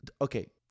Okay